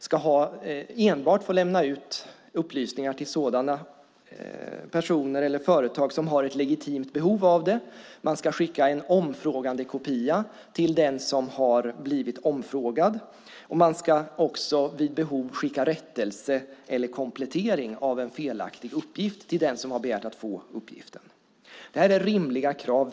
De får enbart lämna ut upplysningar till personer eller företag som har ett legitimt behov av upplysningarna. Man ska skicka en omfrågandekopia till den som har blivit omfrågad, och vid behov ska man skicka rättelse eller komplettering av en felaktig uppgift till den som begärt att få uppgiften. Det här är rimliga krav.